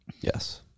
Yes